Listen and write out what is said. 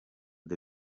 the